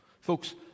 Folks